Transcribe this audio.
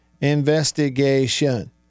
investigation